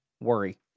worry